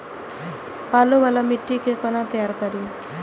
बालू वाला मिट्टी के कोना तैयार करी?